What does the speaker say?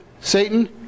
Satan